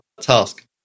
task